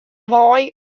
wei